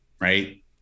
right